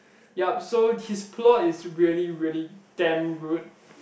yup so his plot is really really damn good